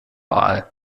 wahl